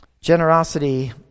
Generosity